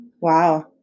Wow